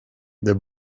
the